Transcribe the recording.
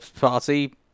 party